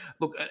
look